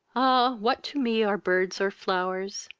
ah! what to me are birds or flow'rs,